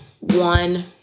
one